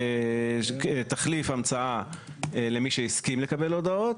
תחליף המצאה למי שהסכים לקבל הודעות,